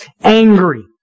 angry